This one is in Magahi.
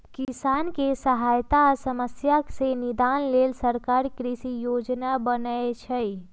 किसानके सहायता आ समस्या से निदान लेल सरकार कृषि योजना बनय छइ